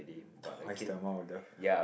twice the amount of love